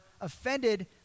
offended